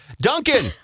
Duncan